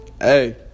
hey